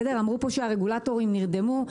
אמרו פה שהרגולטורים נרדמו.